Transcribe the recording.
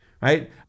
right